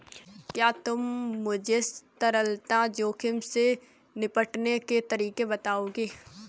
क्या तुम मुझे तरलता जोखिम से निपटने के तरीके बताओगे?